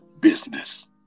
Business